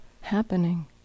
happening